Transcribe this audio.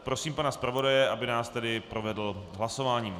Prosím pana zpravodaje, aby nás tedy provedl hlasováním.